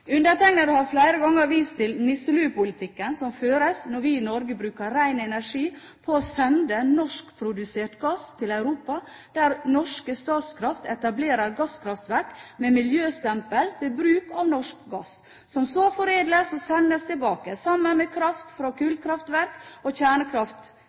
Undertegnede har flere ganger vist til «nisseluepolitikken» som føres når vi i Norge bruker ren energi på å sende norskprodusert gass til Europa, der norske Statkraft etablerer gasskraftverk med miljøstempel ved bruk av norsk gass, som så foredles og sendes tilbake, sammen med kraft fra